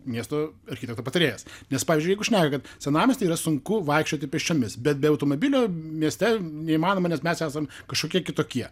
miesto architekto patarėjas nes pavyzdžiui jeigu šnekat kad senamiesty yra sunku vaikščioti pėsčiomis bet be automobilio mieste neįmanoma nes mes esam kažkokie kitokie